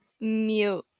mute